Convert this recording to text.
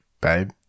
babe